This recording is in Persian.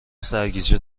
سرگیجه